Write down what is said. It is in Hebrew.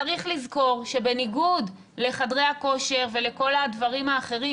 צריך לזכור שבניגוד לחדרי הכושר ולכל הדברים האחרים,